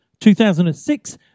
2006